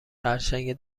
خرچنگ